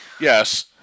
Yes